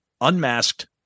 Unmasked